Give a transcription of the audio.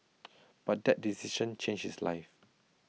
but that decision changed his life